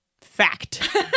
Fact